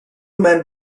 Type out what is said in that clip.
men